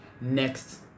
Next